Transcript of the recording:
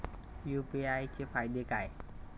UPI चे फायदे काय?